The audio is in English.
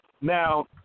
Now